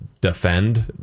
defend